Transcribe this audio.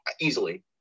easily